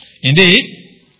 Indeed